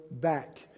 back